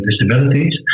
disabilities